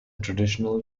traditional